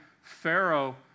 Pharaoh